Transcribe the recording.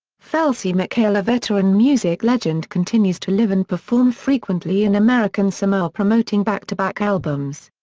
felsie mikaele a veteran music legend continues to live and perform frequently in american samoa promoting back to back albums.